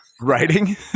Writing